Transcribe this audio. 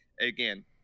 again